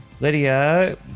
Lydia